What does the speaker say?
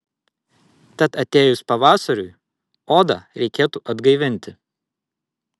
tad atėjus pavasariui odą reikėtų atgaivinti